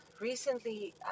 recently